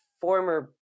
former